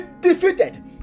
defeated